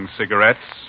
cigarettes